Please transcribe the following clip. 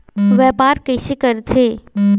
व्यापार कइसे करथे?